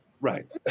right